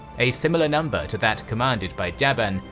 a similar number to that commanded by jaban,